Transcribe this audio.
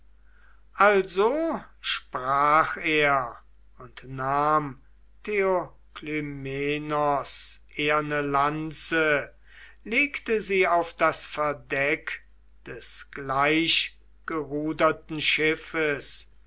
also sprach er und nahm theoklymenos eherne lanze legte sie auf das verdeck des gleichgeruderten schiffes